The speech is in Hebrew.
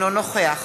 אינו נוכח